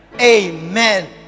Amen